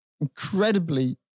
incredibly